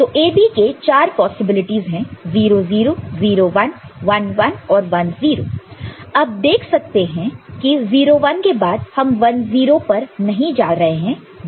तो AB के चारपॉसिबिलिटीज है 0 0 0 1 1 1 और 1 0 अब देख सकते हैं कि 0 1 के बाद हम 1 0 पर नहीं जा रहे हैं बल्कि हम 1 1 पर जा रहे हैं